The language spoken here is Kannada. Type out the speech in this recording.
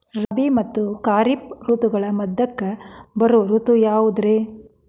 ರಾಬಿ ಮತ್ತ ಖಾರಿಫ್ ಋತುಗಳ ಮಧ್ಯಕ್ಕ ಬರೋ ಋತು ಯಾವುದ್ರೇ?